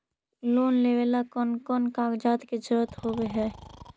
Loan लेबे ला कौन कौन कागजात के जरुरत होबे है?